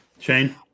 Shane